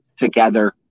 together